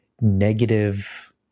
negative